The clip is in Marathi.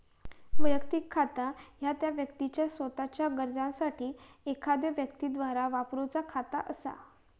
वैयक्तिक खाता ह्या त्या व्यक्तीचा सोताच्यो गरजांसाठी एखाद्यो व्यक्तीद्वारा वापरूचा खाता असा